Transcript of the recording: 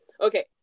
Okay